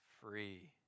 free